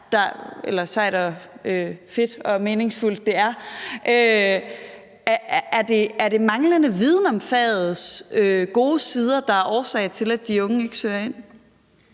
Er det manglende viden om fagets gode sider, der er årsag til, at de unge ikke søger ind?